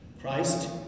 Christ